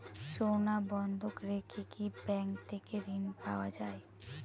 সোনা বন্ধক রেখে কি ব্যাংক থেকে ঋণ পাওয়া য়ায়?